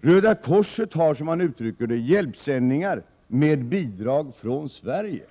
Röda korset har, som man uttrycker det, hjälpsändningar med bidrag från Sverige.